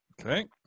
Okay